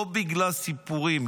לא בגלל סיפורים,